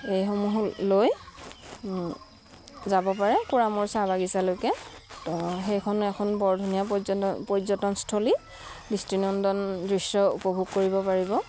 এইসমূহো লৈ যাব পাৰে কুৰামূৰ চাহ বাগিচালৈকে ত' সেইখনো এখন বৰ ধুনীয়া পৰ্যটনস্থলী দৃষ্টি নন্দন দৃশ্য উপভোগ কৰিব পাৰিব